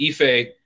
Ife